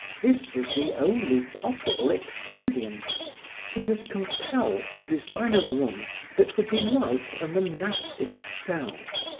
this was the only possible expedient he was compelled to design a room that would be like a monastic cell.